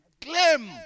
claim